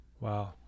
Wow